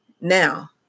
Now